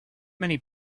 many